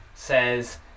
Says